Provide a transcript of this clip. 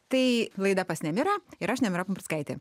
tai laida pas nemirą ir aš nemira pumprickaitė